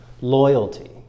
loyalty